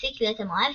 הפסיק להיות המורה,